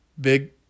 Big